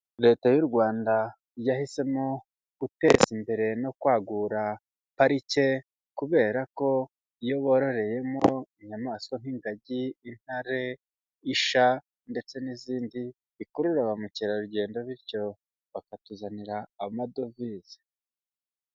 Leta y'u Rwanda yahisemo guteza imbere no kwagura parike kubera ko iyo bororeyemo inyamaswa nk'ingagi, intare, isha ndetse n'izindi bikurura ba mukerarugendo bityo bakatuzanira amadovize.